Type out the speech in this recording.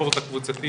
לספורט הקבוצתי